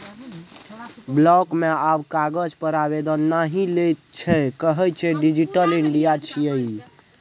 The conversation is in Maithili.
बिलॉक मे आब कागज पर आवेदन नहि लैत छै कहय छै डिजिटल इंडिया छियै ई